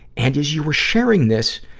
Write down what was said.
and as you were sharing this,